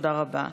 תודה רבה.